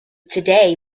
today